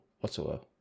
whatsoever